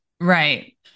Right